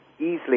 easily